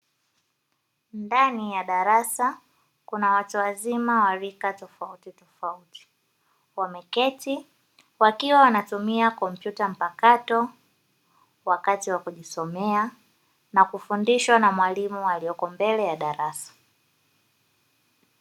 Ndani ya darasa kuna watu wazima wa rika tofautitofauti wameketi wakiwa wanatumia kompyuta mpakato wakati wa kujisomea na kufundishwa na mwalimu aliyeko mbele ya darasa.